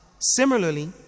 Similarly